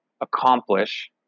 accomplish